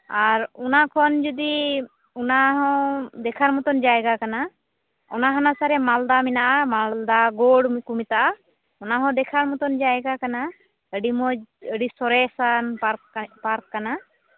ᱟᱨ ᱚᱱᱟ ᱠᱷᱚᱱ ᱡᱩᱫᱤ ᱚᱱᱟᱦᱚᱸ ᱫᱮᱠᱷᱟᱨ ᱢᱚᱛᱚᱱ ᱡᱟᱭᱜᱟ ᱠᱟᱱᱟ ᱚᱱᱟ ᱦᱟᱱᱟᱥᱟ ᱨᱮ ᱢᱟᱞᱫᱟ ᱢᱮᱱᱟᱜᱼᱟ ᱢᱟᱞᱫᱟ ᱜᱳᱲ ᱠᱚ ᱢᱮᱛᱟᱜᱼᱟ ᱚᱱᱟᱦᱚᱸ ᱫᱮᱠᱷᱟᱨ ᱢᱚᱛᱚ ᱡᱟᱭᱜᱟ ᱠᱟᱱᱟ ᱟᱹᱰᱤ ᱢᱚᱡᱽ ᱟᱹᱰᱤ ᱥᱚᱨᱮᱥᱟᱱ ᱯᱟᱨᱠ ᱠᱟᱱᱟ